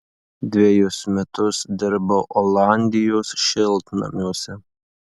dvejus metus dirbau olandijos šiltnamiuose